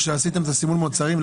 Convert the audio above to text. כשעשיתם את סימון המוצרים,